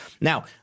Now